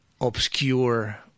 obscure